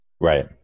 Right